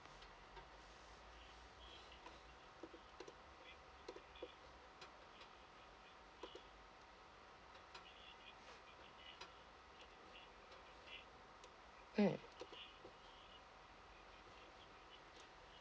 mm